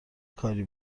کاری